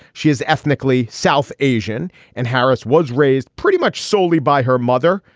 she is ethnically south asian and harris was raised pretty much solely by her mother.